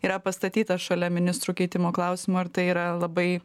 yra pastatytas šalia ministrų keitimo klausimo ir tai yra labai